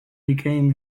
became